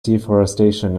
deforestation